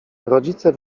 rodzice